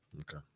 Okay